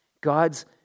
God's